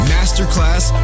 Masterclass